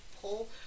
pull